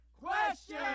question